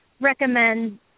recommend